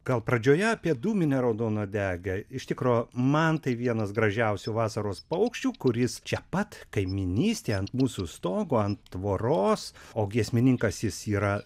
gal pradžioje apie dūminę raudonuodegę iš tikro man tai vienas gražiausių vasaros paukščių kuris čia pat kaimynystėje ant mūsų stogo ant tvoros o giesmininkas jis yra